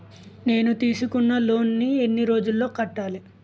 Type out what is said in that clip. నేను తీసుకున్న లోన్ నీ ఎన్ని రోజుల్లో కట్టాలి?